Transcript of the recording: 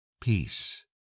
peace